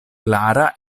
klara